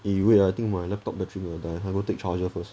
eh you wait ah I think my laptop battery going to die I go take charger first